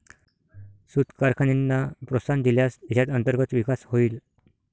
सूत कारखान्यांना प्रोत्साहन दिल्यास देशात अंतर्गत विकास होईल